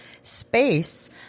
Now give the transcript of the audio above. space